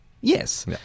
Yes